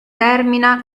termina